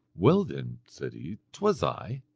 well then, said he, t was i.